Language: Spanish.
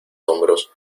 hombros